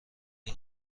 این